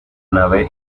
nave